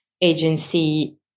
agency